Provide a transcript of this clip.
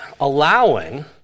allowing